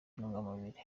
intungamubiri